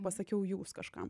pasakiau jūs kažkam